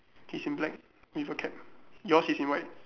he's in black with a cap yours is in white